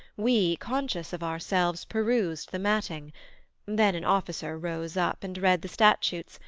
we conscious of ourselves, perused the matting then an officer rose up, and read the statutes,